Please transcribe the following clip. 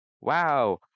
wow